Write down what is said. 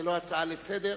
זו לא הצעה לסדר-היום.